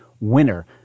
winner